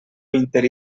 interí